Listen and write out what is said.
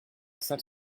saint